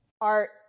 art